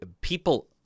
people